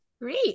great